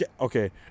okay